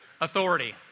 Authority